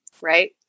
right